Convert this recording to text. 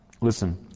Listen